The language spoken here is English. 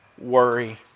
worry